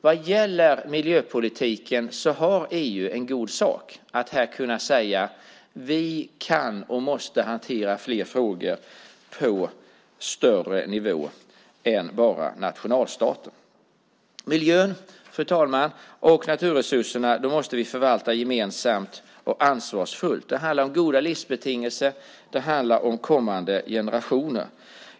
Vad gäller miljöpolitiken har EU en god sak i att här kunna säga: Vi kan och måste hantera fler frågor på högre nivå än bara nationalstatens nivå. Vi måste förvalta miljön och naturresurserna gemensamt och ansvarsfullt. Det handlar om goda livsbetingelser och om kommande generationer.